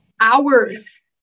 hours